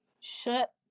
shut